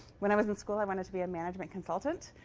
when i was in school, i wanted to be a management consultant,